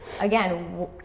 again